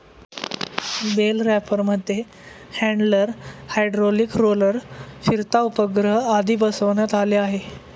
bell रॅपरमध्ये handler, hydraulic roller, फिरता उपग्रह आदी बसवण्यात आले आहे